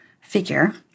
figure